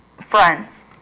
friends